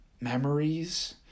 memories